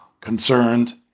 concerned